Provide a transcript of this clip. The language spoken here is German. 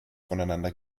voneinander